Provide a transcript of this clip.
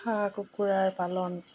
হাঁহ কুকুৰাৰ পালন